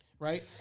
Right